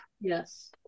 yes